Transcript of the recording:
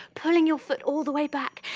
pulling your foot all the way back,